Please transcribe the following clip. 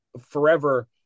forever